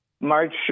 March